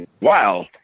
Wow